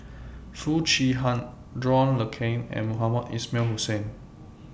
Foo Chee Han John Le Cain and Mohamed Ismail Hussain